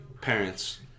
parents